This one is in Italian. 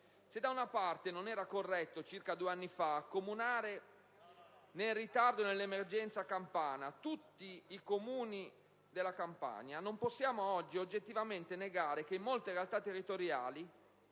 e difficoltà. Se non era corretto, circa due anni fa, accomunare nel ritardo e nell'emergenza campana tutti i Comuni della Campania, non possiamo oggi oggettivamente negare che in molte realtà territoriali